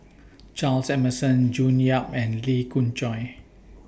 Charles Emmerson June Yap and Lee Khoon Choy